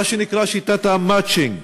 מה שנקרא שיטת המצ'ינג.